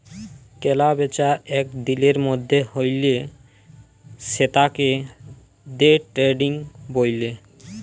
কেলা বেচা এক দিলের মধ্যে হ্যলে সেতাকে দে ট্রেডিং ব্যলে